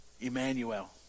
Emmanuel